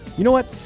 you know what?